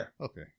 Okay